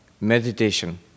meditation